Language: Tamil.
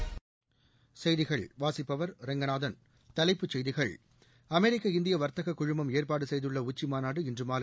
ஆகாஷவாணி செய்திகள் தலைப்புச் செய்திகள் அமெரிக்க இந்திய வாத்தக குழுமம் ஏற்பாடு செய்துள்ள உச்சி மாநாடு இன்று மாலை